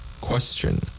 Question